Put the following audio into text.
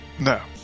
No